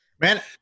Man